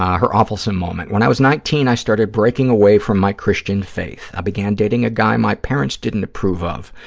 her awfulsome moment, when i was nineteen, i started breaking away from my christian faith. i began dating a guy my parents didn't approve of.